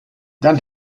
dan